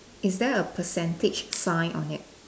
is there a percentage sign on it